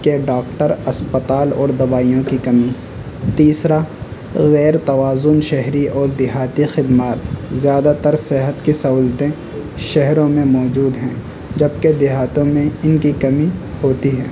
کہ ڈاکٹر اسپتال اور دوائیوں کی کمی تیسرا غیر توازن شہری اور دیہاتی خدمات زیادہ تر صحت کی سہولتیں شہروں میں موجود ہیں جبکہ دیہاتوں میں ان کی کمی ہوتی ہے